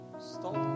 Stop